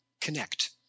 connect